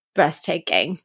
Breathtaking